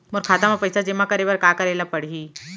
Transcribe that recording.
मोर खाता म पइसा जेमा करे बर का करे ल पड़ही?